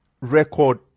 record